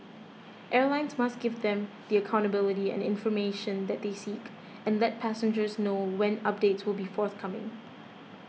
airlines must give them the accountability and information that they seek and let passengers know when updates will be forthcoming